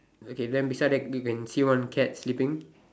okay than beside that we can see one cat sleeping